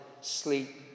sleep